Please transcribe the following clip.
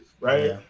right